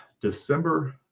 December